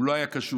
הוא לא היה קשוב,